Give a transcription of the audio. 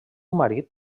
marit